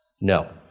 No